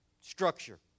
Structure